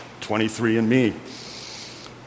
23andMe